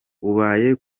ubaye